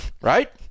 Right